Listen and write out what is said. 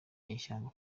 nyeshyamba